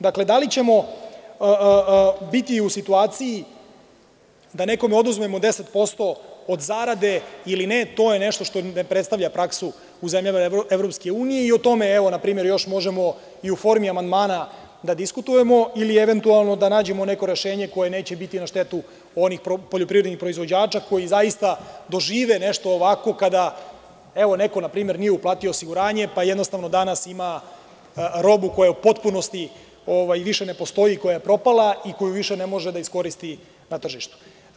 Dakle, da li ćemo biti u situaciji da nekome oduzmemo 10% od zarade ili ne, to je nešto što ne predstavlja praksu u zemljama Evropske unije i o tome, evo, na primer, još možemo i u formi amandmana da diskutujemo ili eventualno da nađemo neko rešenje koje neće biti na štetu onih poljoprivrednih proizvođača koji zaista dožive nešto ovako kada, evo, neko npr. nije uplatio osiguranje, pa jednostavno danas ima robu koja u potpunosti više ne postoji, koja je propala i koju više ne može da iskoristi na tržištu.